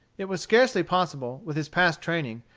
it was scarcely possible, with his past training,